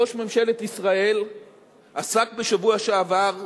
ראש ממשלת ישראל עסק בשבוע שעבר,